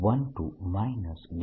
n12 D1